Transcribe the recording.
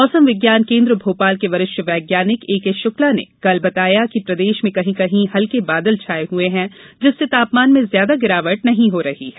मौसम विज्ञान केन्द्र भोपाल के वरिष्ठ वैज्ञानिक एके शुक्ला ने कल बताया कि प्रदेश में कहीं कहीं हल्के बादल छाये हुए हैं जिससे तापमान में ज्यादा गिरावट नहीं हो रही है